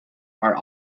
are